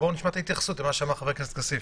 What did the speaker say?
בואו נשמע את ההתייחסות למה שאמר חבר הכנסת כסיף.